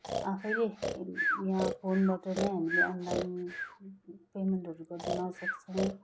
आफैले या फोनबाट नै हामीले अनलाइन पेमेन्टहरू गर्नसक्छौँ